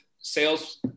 sales